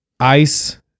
Ice